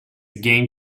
game